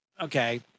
okay